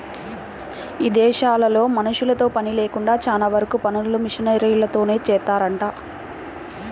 ఇదేశాల్లో మనుషులతో పని లేకుండా చానా వరకు పనులు మిషనరీలతోనే జేత్తారంట